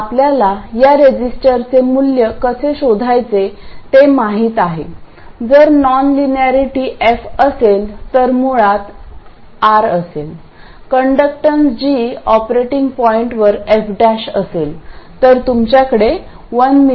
आपल्याला या रेझिस्टरचे मूल्य कसे शोधायचे ते माहित आहे जर नॉनलिनिअरिटी f असेल तर मुळात r असेल कंडक्टन्स g ऑपरेटिंग पॉईंटवर f असेल तर तुमच्याकडे 1mA असेल